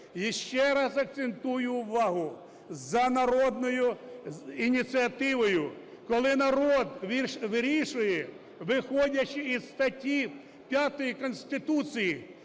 Ще раз акцентую увагу, за народною ініціативою, коли народ вирішує, виходячи із статті 5 Конституції,